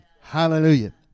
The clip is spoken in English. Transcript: Hallelujah